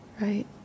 right